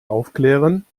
aufklären